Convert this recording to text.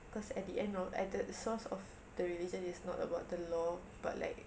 cause at the end o~ like the source of the religion is not about the law but like